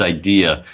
idea